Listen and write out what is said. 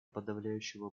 подавляющего